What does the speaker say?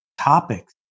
topics